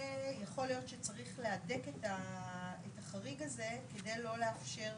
יכול להיות שצריך להדק את החריג הזה כדי לא לאפשר